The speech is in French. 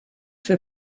fait